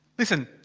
listen!